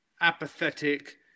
apathetic